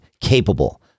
capable